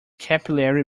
capillary